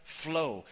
flow